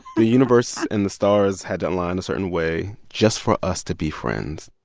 the universe and the stars had to align a certain way just for us to be friends,